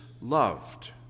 loved